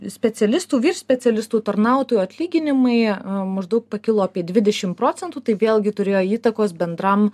specialistų specialistų tarnautojų atlyginimai maždaug pakilo apie dvidešimt procentų tai vėlgi turėjo įtakos bendram